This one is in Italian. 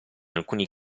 alcuni